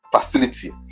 facility